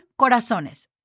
corazones